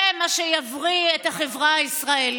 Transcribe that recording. זה מה שיבריא את החברה הישראלית.